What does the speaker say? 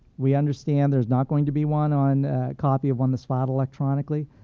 we understand there's not going to be one on a copy of one that's filed electronically.